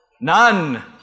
None